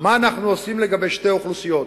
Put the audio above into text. מה אנחנו עושים לגבי שתי אוכלוסיות: